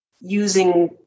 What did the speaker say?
Using